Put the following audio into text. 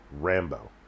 Rambo